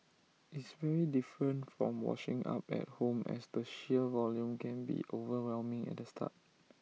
it's very different from washing up at home as the sheer volume can be overwhelming at the start